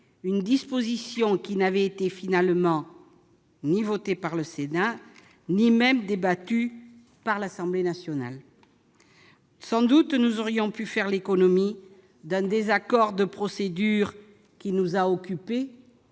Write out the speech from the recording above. une disposition qui n'avait, finalement, pas été adoptée par le Sénat et qui n'avait même pas été débattue par l'Assemblée nationale. Sans doute, nous aurions pu faire l'économie d'un désaccord de procédure qui nous a occupés,